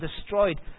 destroyed